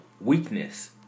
weakness